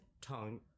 tongue